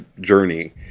journey